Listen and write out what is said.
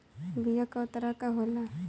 बीया कव तरह क होला?